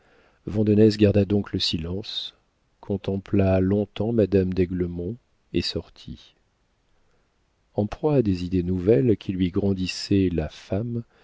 portée vandenesse garda donc le silence contempla longtemps madame d'aiglemont et sortit en proie à des idées nouvelles qui lui grandissaient la femme